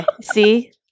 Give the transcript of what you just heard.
see